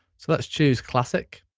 so let's choose classic.